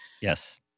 Yes